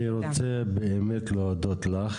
אסנת, אני רוצה באמת להודות לך.